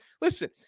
listen –